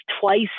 twice